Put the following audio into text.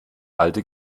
alte